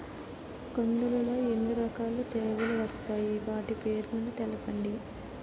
కందులు లో ఎన్ని రకాల తెగులు వస్తాయి? వాటి పేర్లను తెలపండి?